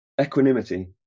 equanimity